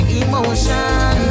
emotion